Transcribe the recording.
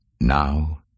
Now